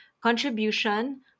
contribution